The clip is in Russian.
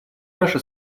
наши